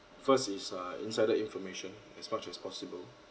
first is uh insider information as much as possible